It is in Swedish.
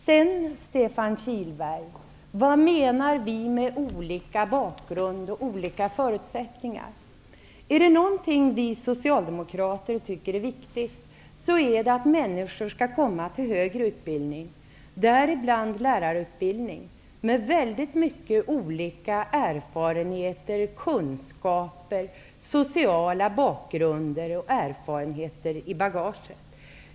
Vad menar vi, Stefan Kihlberg, med olika bakgrund och olika förutsättningar? Om det är någonting vi socialdemokrater tycker är viktigt, så är det att människor skall komma till högre utbildning -- däribland lärarutbildning -- med väldigt olika kunskaper, sociala bakgrunder och erfarenheter i bagaget.